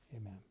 amen